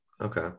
Okay